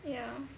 ya